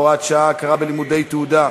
הוראת שעה) (הכרה בלימודי תעודה),